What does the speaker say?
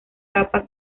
capa